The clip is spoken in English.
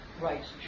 Rights